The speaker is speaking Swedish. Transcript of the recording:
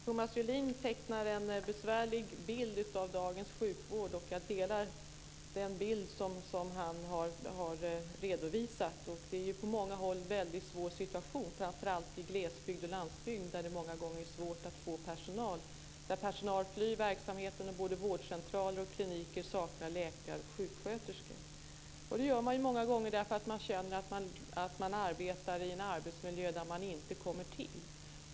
Herr talman! Thomas Julin tecknar en besvärlig bild av dagens sjukvård. Jag delar den bild som han har redovisat. Det är på många håll en väldigt svår situation, framför allt i glesbygd och landsbygd, där det många gånger är svårt att få personal och där personalen flyr verksamheten. Både vårdcentraler och kliniker saknar läkare och sjuksköterskor. Det gör man många gånger därför att man känner att man arbetar i en arbetsmiljö där man inte kommer till.